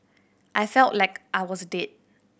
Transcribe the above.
I felt like I was dead